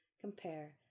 Compare